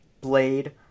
Blade